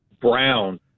brown